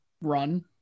run